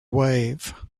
wave